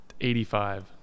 85